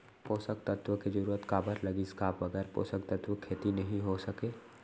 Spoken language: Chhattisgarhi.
पोसक तत्व के जरूरत काबर लगिस, का बगैर पोसक तत्व के खेती नही हो सके?